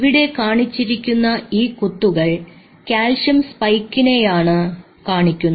ഇവിടെ കാണിച്ചിരിക്കുന്ന ഈ കുത്തുകൾ കാൽസ്യം സ്പൈക്കിനെയാണ് കാണിക്കുന്നത്